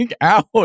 out